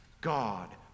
God